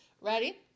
Ready